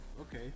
okay